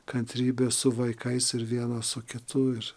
kantrybę su vaikais ir vieną su kitu ir